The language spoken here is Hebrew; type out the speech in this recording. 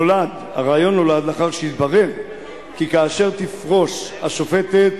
נולד לאחר שהתברר כי כאשר תפרוש השופטת,